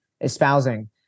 Espousing